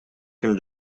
ким